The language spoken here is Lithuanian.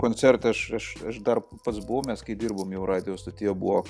koncertą aš aš dar pats buvau mes kai dirbome jau radijo stotyje buvo